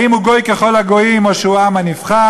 האם הוא גוי ככל הגויים או שהוא העם הנבחר,